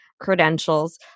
credentials